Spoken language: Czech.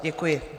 Děkuji.